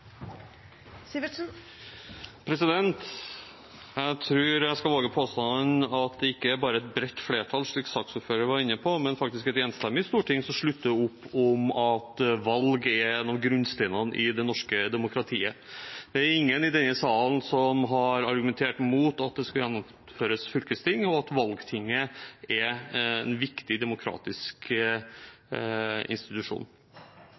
et bredt flertall, slik saksordføreren var inne på, men faktisk et enstemmig storting som slutter opp om at valg er en av grunnsteinene i det norske demokratiet. Det er ingen i denne salen som har argumentert mot at det skal gjennomføres fylkestingsvalg, og at valgtinget er en viktig demokratisk institusjon.